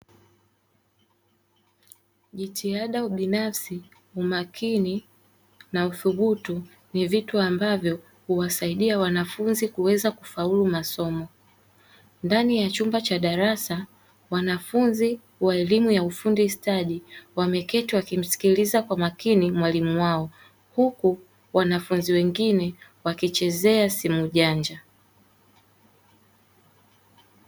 Jitihada binafsi, umakini na uthubutu, ni vitu ambavyo huwasaidia wanafunzi kuweza kufaulu masomo, ndani ya chumba cha darasa, wanafunzi wa elimu ya ufundi stadi wameketi wakimsikiliza kwa makini mwalimu wao huku wanafunzi wengine wakichezea simu janja.